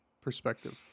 perspective